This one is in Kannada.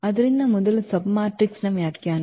ಆದ್ದರಿಂದ ಮೊದಲು ಸಬ್ಮ್ಯಾಟ್ರಿಕ್ಸ್ನ ವ್ಯಾಖ್ಯಾನ